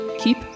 keep